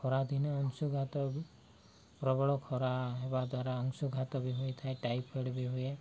ଖରାଦିନେ ଅଂଶୁଘାତ ପ୍ରବଳ ଖରା ହେବା ଦ୍ୱାରା ଅଂଶୁଘାତ ବି ହୋଇଥାଏ ଟାଇଫଏଡ଼ ବି ହୁଏ